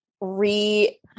Re